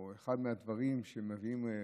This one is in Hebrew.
או אחד מהדברים שמביאים לזה,